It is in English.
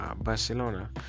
Barcelona